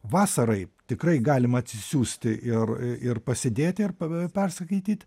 vasarai tikrai galima atsisiųsti ir ir pasidėti ar p p perskaityt